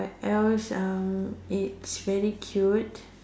else um it's very cute